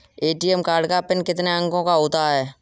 ATM card का pin कितने अंकों का होता है?